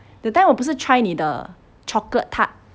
that time 我不是 try 你的 chocolate tart